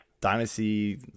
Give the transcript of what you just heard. dynasty